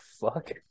fuck